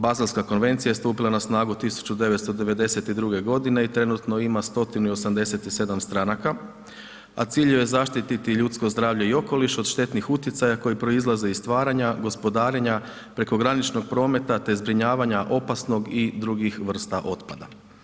Bazelska konvencija je stupila na snagu 1992. godine i trenutno ima 187 stranaka, a cilj joj je zaštiti ljudsko zdravlje i okoliš od štetnih utjecaja koje proizlaze od stvaranja, gospodarenje, prekograničnog prometa te zbrinjavanja opasnog i drugih vrsta otpada.